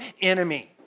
enemy